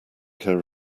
care